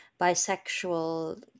bisexual